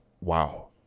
wow